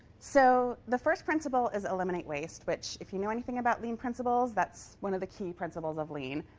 so the first principle is eliminate waste, which, if you know anything about lean principles, that's one of the key principles of lean.